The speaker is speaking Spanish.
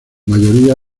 mayoría